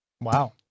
Wow